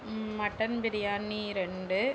mutton biryani ரெண்டு